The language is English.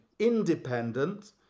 independent